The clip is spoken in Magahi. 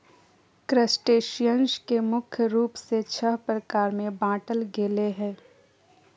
क्रस्टेशियंस के मुख्य रूप से छः प्रकार में बांटल गेले हें